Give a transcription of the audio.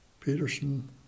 Peterson